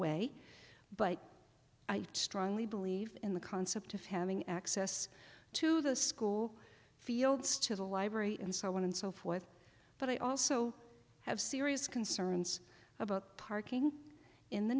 way but i strongly believe in the concept of having access to the school fields to the library and so on and so forth but i also have serious concerns about parking in the